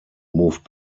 moved